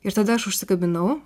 ir tada aš užsikabinau